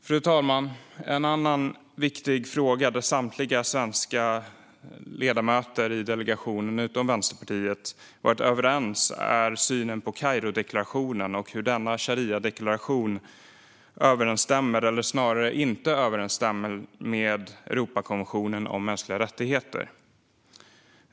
Fru talman! En annan viktig fråga där samtliga deltagande svenska ledamöter i delegationen utom från Vänsterpartiet har varit överens är synen på Kairodeklarationen och hur denna shariadeklaration överensstämmer, eller snarare inte överensstämmer, med Europakonventionen om mänskliga rättigheter.